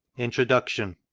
introduction.